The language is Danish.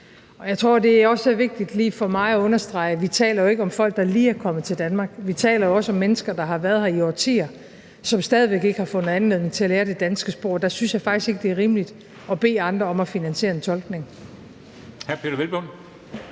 Jeg tror også, det er vigtigt for mig lige at understrege, at vi jo ikke taler om folk, der lige er kommet til Danmark; vi taler jo også om mennesker, der har været her i årtier, og som stadig væk ikke har fundet anledning til at lære det danske sprog. Og der synes jeg faktisk ikke, det er rimeligt at bede andre om at finansiere en tolkning.